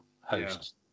host